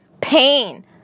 pain